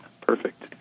Perfect